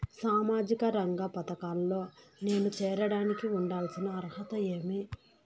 సామాజిక రంగ పథకాల్లో నేను చేరడానికి ఉండాల్సిన అర్హతలు ఏమి?